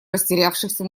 растерявшихся